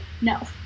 no